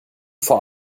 vor